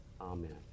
amen